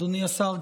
אדוני השר,